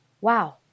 wow